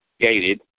gated